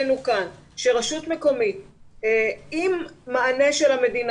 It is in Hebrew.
האלונקה ולא שיהיה נוח לכולנו שמישהו אחד ספציפי מאגד את הכול ביחד.